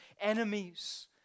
enemies